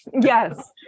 Yes